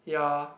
ya